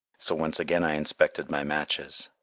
so once again i inspected my matches.